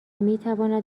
میتواند